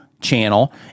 channel